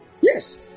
Yes